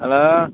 hello